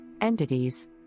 Entities